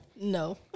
No